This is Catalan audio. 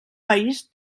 país